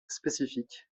spécifiques